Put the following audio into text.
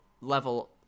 level